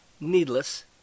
needless